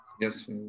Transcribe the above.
Yes